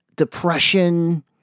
depression